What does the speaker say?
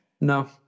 No